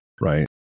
right